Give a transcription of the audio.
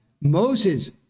Moses